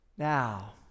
Now